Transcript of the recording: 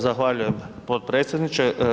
Zahvaljujem potpredsjedniče.